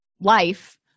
life